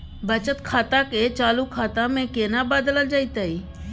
बचत खाता के चालू खाता में केना बदलल जेतै?